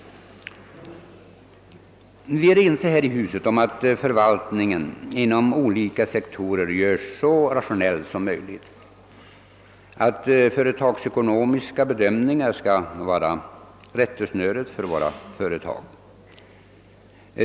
Vi är här i riksdagen ense om att förvaltningen inom olika sektorer bör göras så rationell som möjligt och att företagsekonomiska bedömningar skall vara rättesnöret för företagen.